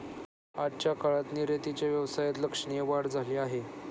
आजच्या काळात निर्यातीच्या व्यवसायात लक्षणीय वाढ झाली आहे